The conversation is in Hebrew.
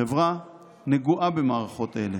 החברה נגועה במערכות אלה.